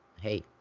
hey